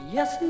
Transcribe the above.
Yes